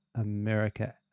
America